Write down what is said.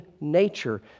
nature